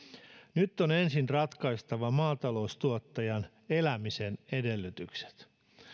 nyt on ensin ratkaistava maataloustuottajan elämisen edellytykset